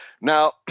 Now